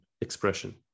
expression